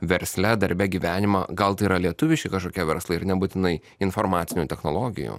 versle darbe gyvenimą gal tai yra lietuviški kažkokie verslai ir nebūtinai informacinių technologijų